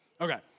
okay